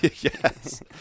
Yes